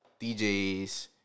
DJs